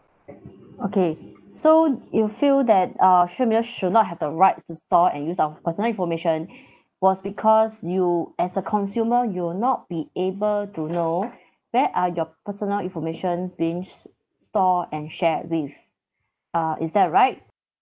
okay so you feel that uh social media should not have the rights to store and use our personal information was because you as a consumer you will not be able to know where are your personal information being stored and shared with uh is that right